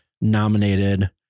nominated